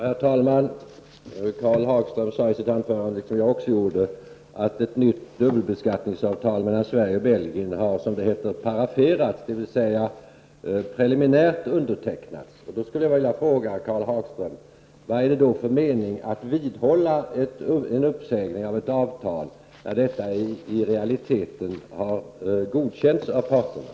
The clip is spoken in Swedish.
Herr talman! Karl Hagström sade i sitt anförande, vilket jag också nämnde, att ett nytt dubbelbeskattningsavtal mellan Sverige och Belgien har, som det heter, paraferats — dvs. preliminärt undertecknats. Jag skulle vilja fråga Karl Hagström: Vad är det för mening med att vidhålla en uppsägning av ett avtal, när detta i realiteten har godkänts av parterna?